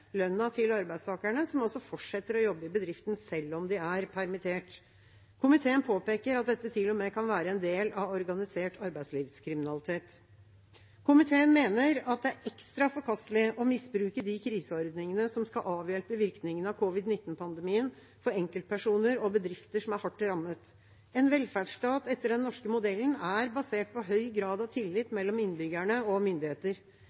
lønna til arbeidstakerne, som altså fortsetter å jobbe i bedriften selv om de er permittert. Komiteen påpeker at dette til og med kan være en del av organisert arbeidslivskriminalitet. Komiteen mener at det er ekstra forkastelig å misbruke de kriseordningene som skal avhjelpe virkningene av covid-19-pandemien for enkeltpersoner og bedrifter som er hardt rammet. En velferdsstat etter den norske modellen er basert på høy grad av tillit mellom innbyggerne og myndigheter.